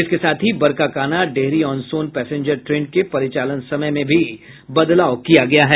इसके साथ ही Barkakana Dehri on Sone passenger train के परिचालन समय में भी बदलाव किया गया है